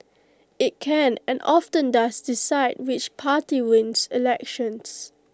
IT can and often does decide which party wins elections